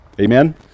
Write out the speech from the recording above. Amen